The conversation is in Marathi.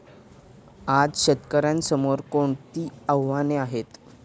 आज शेतकऱ्यांसमोर कोणती आव्हाने आहेत?